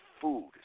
food